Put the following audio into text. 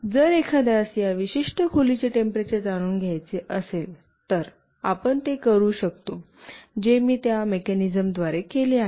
जर एखाद्यास या विशिष्ट खोलीचे टेम्परेचर जाणून घ्यायचे असेल तर आपण ते करू शकतात जे मी त्या मेकॅनिज्म द्वारे केले आहे